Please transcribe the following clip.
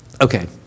okay